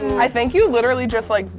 i think you literally just like,